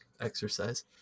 exercise